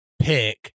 pick